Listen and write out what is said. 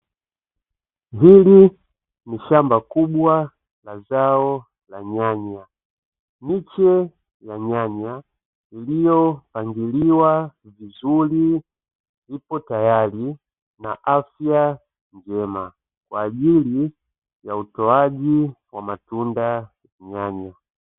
Hili ni shamba kubwa la zao la nyanya, miche ya nyanya iliyopangiliwa vizuri ipo tayari na afya njema kwa ajili ya utoaji wa matunda ya nyanya.